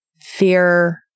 fear